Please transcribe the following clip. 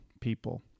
people